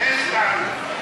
אין לי טענות.